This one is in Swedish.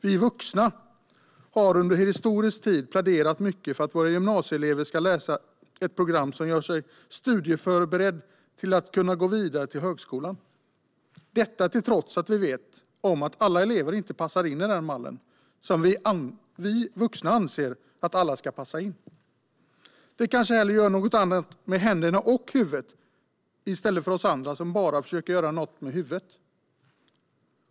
Vi vuxna har under historisk tid pläderat mycket för att gymnasieelever ska läsa ett program som gör dem studieförberedda, så att de ska kunna gå vidare till högskolan, trots att vi vet att alla elever inte passar in i den mallen. De kanske hellre gör något med både händerna och huvudet, i stället för oss andra som bara försöker använda huvudet.